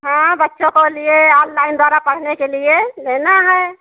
हाँ बच्चों को लिए ऑनलाइन द्वारा पढ़ने के लिए लेना है